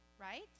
right